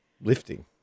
Lifting